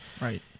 Right